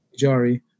jari